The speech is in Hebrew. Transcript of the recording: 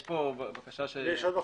יש עוד מחלוקת.